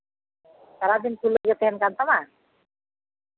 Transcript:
ᱥᱟᱨᱟᱫᱤᱱᱠᱷᱩᱞᱟᱹᱣ ᱜᱮ ᱛᱟᱦᱮᱱ ᱠᱟᱱ ᱛᱟᱢᱟ